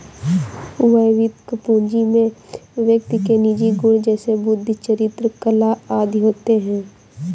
वैयक्तिक पूंजी में व्यक्ति के निजी गुण जैसे बुद्धि, चरित्र, कला आदि होते हैं